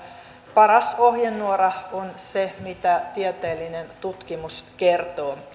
paras ohjenuora on se mitä tieteellinen tutkimus kertoo